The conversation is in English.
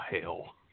hell